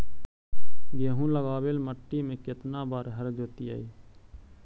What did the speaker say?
गेहूं लगावेल मट्टी में केतना बार हर जोतिइयै?